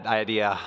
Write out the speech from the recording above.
idea